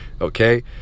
okay